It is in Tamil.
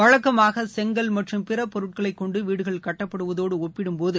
வழக்கமாக செங்கல் மற்றும் பிற பொருட்களைக் கொண்டு வீடுகள் கட்டப்படுவதோடு ஒப்பிடும் போது